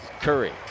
Curry